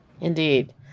Indeed